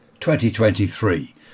2023